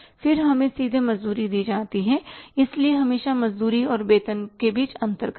फिर हमें सीधे मजदूरी दी जाती है इसलिए हमेशा मजदूरी और वेतन के बीच अंतर करें